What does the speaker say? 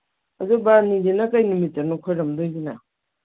ꯑꯗꯨ ꯕꯥꯔꯨꯅꯤꯁꯤꯅ ꯀꯩ ꯅꯨꯃꯤꯠꯇꯅꯣ ꯈꯣꯏꯔꯝꯗꯣꯏꯁꯤꯅ